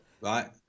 Right